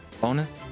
bonus